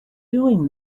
doing